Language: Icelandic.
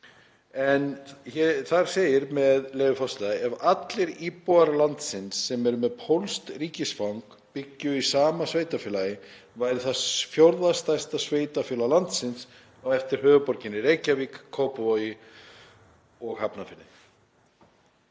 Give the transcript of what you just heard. en þar segir, með leyfi forseta: „Ef allir íbúar landsins sem eru með pólskt ríkisfang byggju í sama sveitarfélagi væri það fjórða stærsta sveitarfélag landsins á eftir höfuðborginni Reykjavík, Kópavogi og Hafnarfirði.“